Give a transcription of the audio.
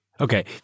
Okay